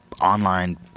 online